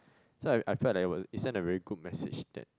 so I I felt that it was it sent a very good message that